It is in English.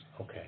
Okay